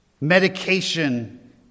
medication